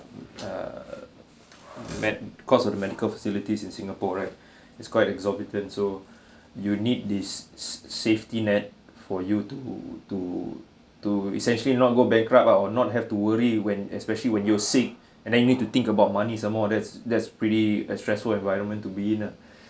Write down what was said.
err med cause of the medical facilities in singapore right it's quite exorbitant so you need this s~ s~ safety net for you to to to essentially not go bankrupt ah or not have to worry when especially when you sick and then you need to think about money some more that's that's pretty a stressful environment to be in ah